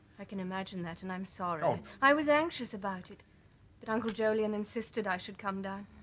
i can imagine that and i'm sorry. um i was anxious about it but uncle jolyon insisted i should come down.